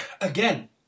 again